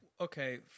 Okay